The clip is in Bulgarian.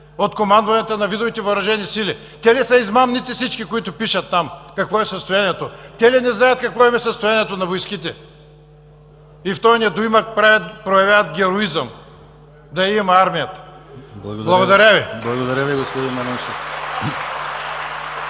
от командванията на видовете Въоръжени сили. Те ли са измамници всички, които пишат там какво е състоянието? Те ли не знаят какво им е състоянието на войските и в този недоимък проявяват героизъм да я има армията? Благодаря Ви. (Бурни ръкопляскания